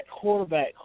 quarterback